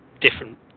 different